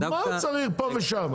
מה הוא צריך פה ושם,